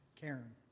Karen